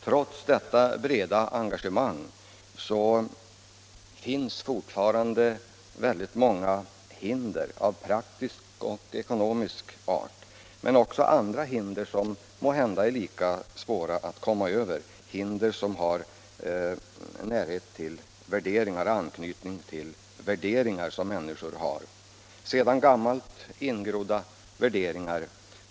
Trots detta breda engagemang finns fortfarande väldigt många hinder av praktisk och ekonomisk art, men också andra hinder, som måhända är lika svåra att komma över, hinder med anknytning till sedan gammalt ingrodda värderingar.